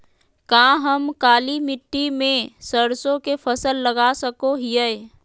का हम काली मिट्टी में सरसों के फसल लगा सको हीयय?